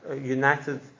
united